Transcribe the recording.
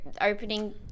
opening